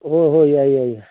ꯍꯣꯏ ꯍꯣꯏ ꯌꯥꯏ ꯌꯥꯏ ꯌꯥꯏ